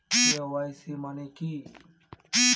KYC মানে কি?